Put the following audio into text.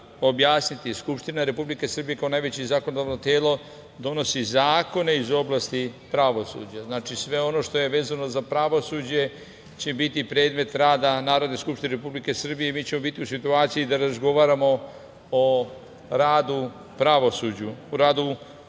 objasniti. Skupština Republike Srbije, kao najveće zakonodavno telo, donosi zakone iz oblasti pravosuđa, znači sve ono što je vezano za pravosuđe će biti predmet rada Narodne skupštine Republike Srbije i mi ćemo biti u situaciji da razgovaramo o radu pravosuđa, o svim